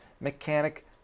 mechanic